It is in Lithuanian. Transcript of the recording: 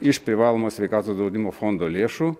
iš privalomo sveikatos draudimo fondo lėšų